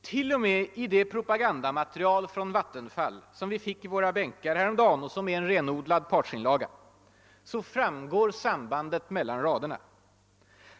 Till och med i det propagandamaterial från Vattenfall, som vi fick i våra bänkar häromdagen och som är en renodlad partsinlaga, framgår sambandet mellan raderna.